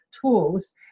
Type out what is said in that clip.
tools